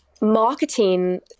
marketing